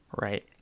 right